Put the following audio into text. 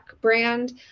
brand